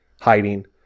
hiding